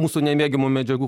mūsų nemėgiamų medžiagų